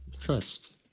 Trust